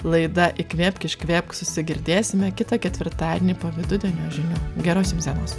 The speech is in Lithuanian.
laida įkvėpk iškvėpk susigirdėsime kitą ketvirtadienį po vidudienio žinių geros jums dienos